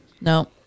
No